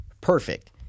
perfect